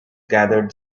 gathered